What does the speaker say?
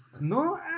No